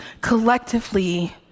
collectively